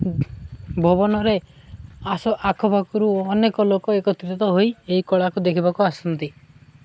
ଭବନରେ ଆସ ଆଖପାଖରୁ ଅନେକ ଲୋକ ଏକତ୍ରିତ ହୋଇ ଏହି କଳାକୁ ଦେଖିବାକୁ ଆସନ୍ତି